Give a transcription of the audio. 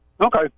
Okay